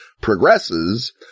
progresses